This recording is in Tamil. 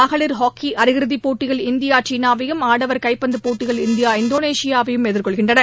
மகளிர் ஹாக்கி அரையிறுதிப் போட்டியில் இந்தியா சீனாவையும் ஆடவர் கைப்பந்துப் போட்டியில் இந்தியா இந்தோனேஷியாவையும் எதிர்கொள்கின்றன